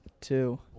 Two